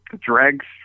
dregs